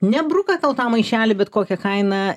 ne bruka tau tą maišelį bet kokia kaina